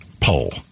poll